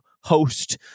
host